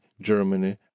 Germany